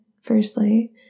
firstly